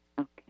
Okay